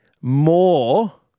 more